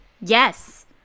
yes